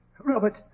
Robert